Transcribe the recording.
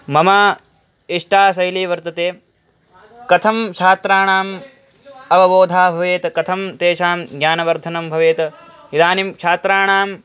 मम इष्टा शैली वर्तते कथं छात्राणाम् अवबोधनं भवेत् कथं तेषां ज्ञानवर्धनं भवेत् इदानीं छात्राणाम्